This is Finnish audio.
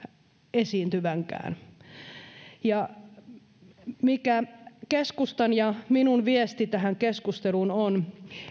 esiintyvänkään mikä keskustan ja minun viestini tähän keskusteluun on